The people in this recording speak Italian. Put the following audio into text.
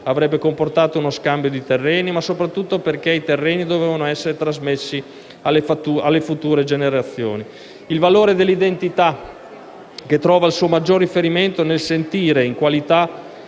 avrebbe comportato uno scambio di terreni ma soprattutto perché tali terreni dovevano essere trasmessi alle future generazioni. Inoltre, cito il valore dell'identità che trova il suo maggior riferimento nel sentire, in qualità